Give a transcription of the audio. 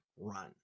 run